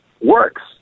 works